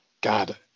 God